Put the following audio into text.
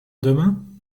demain